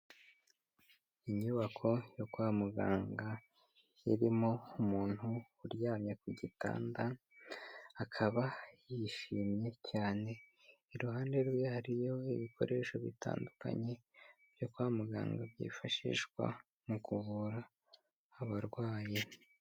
Inyubako yo kwa muganga iririmo umuntu uryamye ku gitanda, akaba yishimye cyane. Iruhande rwe hariyo ibikoresho bitandukanye byo kwa muganga byifashishwa mu kuvura abarwayi.